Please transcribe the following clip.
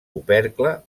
opercle